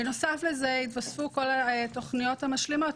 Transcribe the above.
בנוסף לזה, התווספו כל התוכניות המשלימות.